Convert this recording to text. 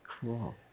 Cool